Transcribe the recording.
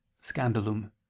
Scandalum